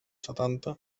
setanta